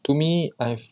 to me I've